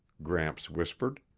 gramps whispered.